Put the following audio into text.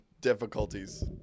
difficulties